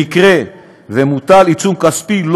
במקרה שמוטל עיצום כספי,